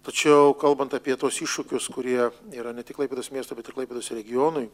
tačiau kalbant apie tuos iššūkius kurie yra ne tik klaipėdos miesto bet ir klaipėdos regionui